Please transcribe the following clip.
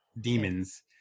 demons